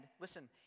listen